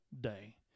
day